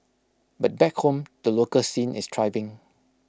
but back home the local scene is thriving